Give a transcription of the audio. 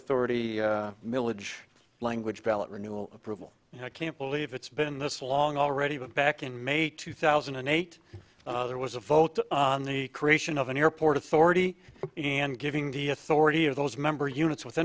authority milledge language ballot renewal approval i can't believe it's been this long already but back in may two thousand and eight there was a vote on the creation of an airport authority and giving the authority of those member units with